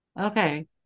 okay